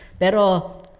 Pero